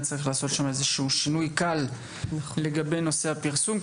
צריך לעשות בו איזה שינוי קל לגבי נושא הפרסום,